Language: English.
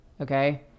Okay